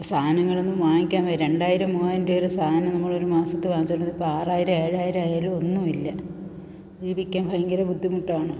ഇപ്പം സാധനങ്ങളൊന്നും വാങ്ങിക്കാൻ വയ്യ രണ്ടായിരം മൂവായിരം രൂപയുടെ സാധനം നമ്മളൊരു മാസത്തു വാങ്ങിച്ചു കൊണ്ടിരുന്ന ഇപ്പോൾ ആറായിരം ഏഴായിരം ആയാലൊന്നുമില്ല ജീവിക്കാൻ ഭയങ്കര ബുദ്ധിമുട്ടാണ്